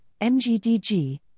MGDG